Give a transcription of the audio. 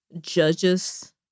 judges